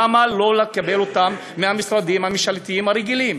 למה לא לקבל אותם מהמשרדים הממשלתיים הרגילים?